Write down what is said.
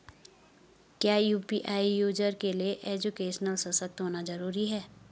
क्या UPI user के लिए एजुकेशनल सशक्त होना जरूरी है?